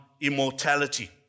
immortality